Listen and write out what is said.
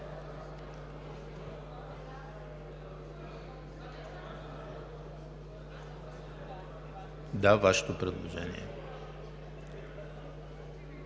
на Вашето предложение.